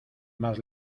más